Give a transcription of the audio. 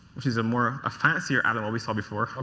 which is a more a fancier than what we saw before.